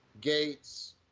Gates